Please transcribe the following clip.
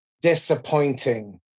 disappointing